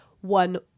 one